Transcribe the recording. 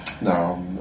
No